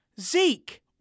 Zeke